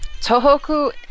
Tohoku